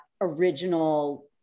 original